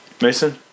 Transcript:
Mason